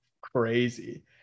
crazy